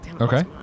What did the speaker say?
Okay